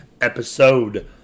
episode